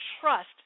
trust